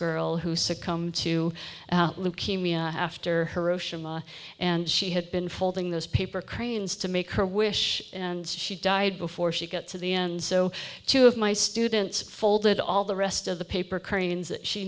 girl who succumbed to leukemia after hiroshima and she had been folding those paper cranes to make her wish and she died before she got to the end so two of my students folded all the rest of the paper cranes that she